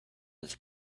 his